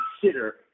consider